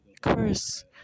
curse